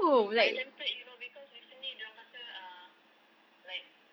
I tempted you know because recently dia orang kata uh like